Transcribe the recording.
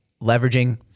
leveraging